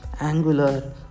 angular